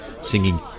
singing